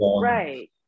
Right